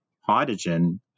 hydrogen